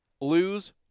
lose